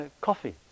coffee